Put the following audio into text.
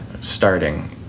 starting